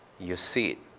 you see it.